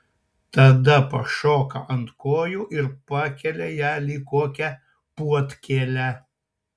tada pašoka ant kojų ir pakelia ją lyg kokią puodkėlę